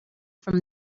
from